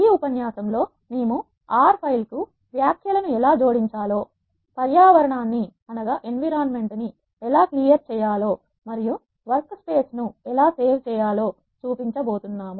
ఈ ఉపన్యాసంలో మేము ఆర్ R ఫైల్ కు వ్యాఖ్యలను ఎలా జోడించాలో పర్యావరణాన్ని ఎలా క్లియర్ చేయాలో మరియు వర్క్ స్పేస్ ను ఎలా సేవ్ చేయాలో చూపించబోతున్నాం